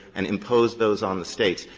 and impose those on the states.